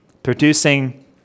Producing